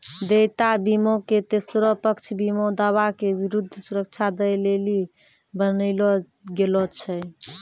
देयता बीमा के तेसरो पक्ष बीमा दावा के विरुद्ध सुरक्षा दै लेली बनैलो गेलौ छै